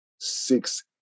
six